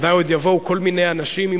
בוודאי עוד יבואו כל מיני אנשים עם